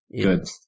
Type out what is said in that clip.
Good